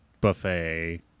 buffet